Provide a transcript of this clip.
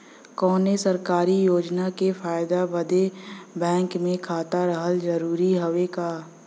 कौनो सरकारी योजना के फायदा बदे बैंक मे खाता रहल जरूरी हवे का?